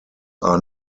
are